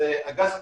זה הגז הטבעי,